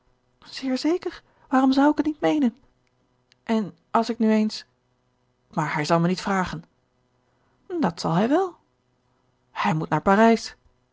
zeer zeker waarom zou ik het niet meenen en als ik nu eens maar hij zal me niet vragen dat zal hij wel hij moet naar parijs